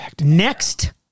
Next